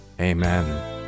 Amen